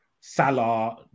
Salah